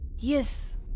Yes